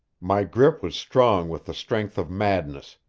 my grip was strong with the strength of madness,